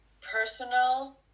personal